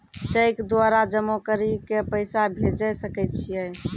Cheque द्वारा जमा करि के पैसा भेजै सकय छियै?